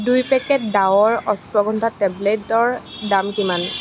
দুই পেকেট ডাৱৰ অশ্বগন্ধা টেবলেটৰ দাম কিমান